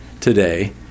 today